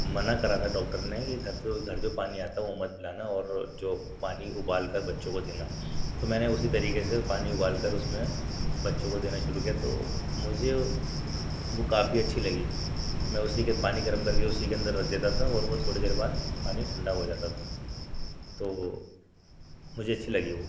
منع کرا تھا ڈاکٹر نے کی گھر سے گھر جو پانی آتا ہے وہ مت پلانا اور جو پانی ابال کر بچوں کو دینا تو میں نے اسی طریقے سے پانی ابال کر اس میں بچوں کو دینا شروع کیا تو مجھے وہ کافی اچھی لگی میں اسی کے پانی گرم کر کے اسی کے اندر رکھ دیتا تھا وہ تھوڑی دیر بعد پانی ٹھنڈا ہو جاتا تھا تو وہ مجھے اچھی لگی وہ